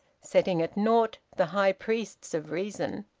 setting at naught the high priests of reason.